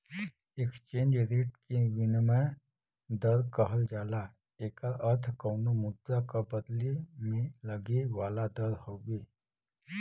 exchange rate के विनिमय दर कहल जाला एकर अर्थ कउनो मुद्रा क बदले में लगे वाला दर हउवे